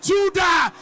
Judah